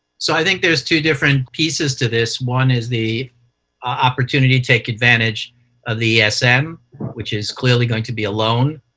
so i think there's two different pieces to this. one is the opportunity to take advantage of the esm, which is clearly going to be a loan,